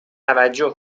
توجه